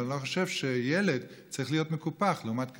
אבל אני לא חושב שילד צריך להיות מקופח לעומת קשיש.